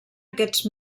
aquests